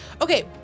Okay